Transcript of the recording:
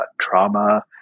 trauma